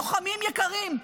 לוחמים יקרים,